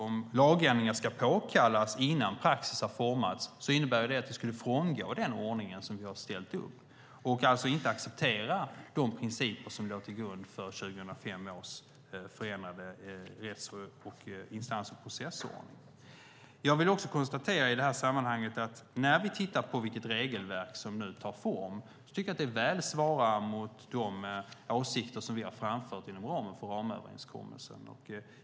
Om lagändringar påkallas innan praxis har formats innebär det att vi frångår den ordning som har ställts upp och alltså inte accepterar de principer som låg till grund för 2005 års förändrade instans och processordning. När vi tittar på vilket regelverk som tar form svarar det väl mot de åsikter som vi har framfört inom ramöverenskommelsen.